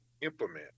implement